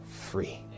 free